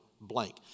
blank